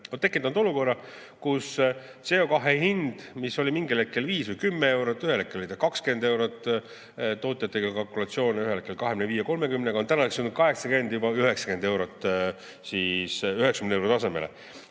on tekitanud olukorra, kus CO2hind, mis oli mingil hetkel 5 või 10 eurot, ühel hetkel oli see 20 eurot, tootja tegi kalkulatsioone ühel hetkel 25–30‑ga, on tänaseks jõudnud 80–90 euro tasemele.